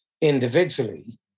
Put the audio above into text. individually